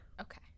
Okay